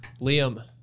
Liam